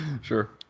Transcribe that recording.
Sure